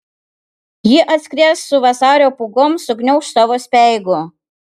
ji atskries su vasario pūgom sugniauš savo speigu